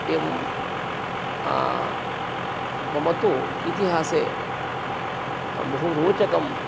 एवं मम तु इतिहासे बहुरोचकं